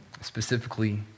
Specifically